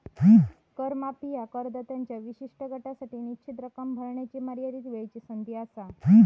कर माफी ह्या करदात्यांच्या विशिष्ट गटासाठी निश्चित रक्कम भरण्याची मर्यादित वेळची संधी असा